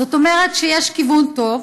זאת אומרת שיש כיוון טוב.